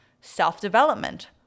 self-development